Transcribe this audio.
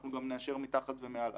אנחנו גם נאשר מתחת ומעל.